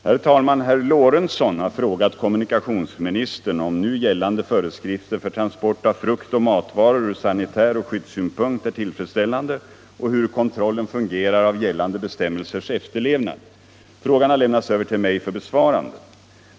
Herr talman! Herr Lorentzon har frågat kommunikationsministern om nu gällande föreskrifter för transport av frukt och matvaror från sanitär synpunkt och från skyddssynpunkt är tillfredsställande och hur kontrollen fungerar av gällande bestämmelsers efterlevnad. Frågan har lämnats över till mig för besvarande.